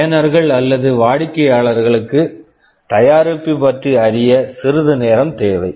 பயனர்கள் அல்லது வாடிக்கையாளர்களுக்கு தயாரிப்பு பற்றி அறிய சிறிது நேரம் தேவை